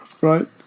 Right